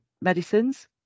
medicines